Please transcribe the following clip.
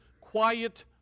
quiet